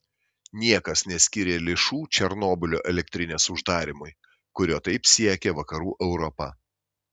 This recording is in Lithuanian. niekas neskyrė lėšų černobylio elektrinės uždarymui kurio taip siekia vakarų europa